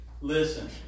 Listen